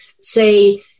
say